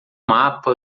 mapa